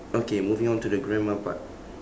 okay moving on to the grandma part